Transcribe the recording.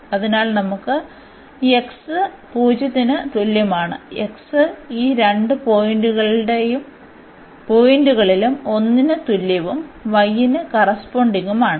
അതിനാൽ നമുക്ക് x 0 ന് തുല്യമാണ് x ഈ രണ്ട് പോയിന്റുകളിലും 1 ന് തുല്യവും yന് കറസ്പോണ്ടിങ്മാണ്